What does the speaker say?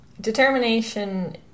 Determination